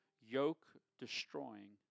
yoke-destroying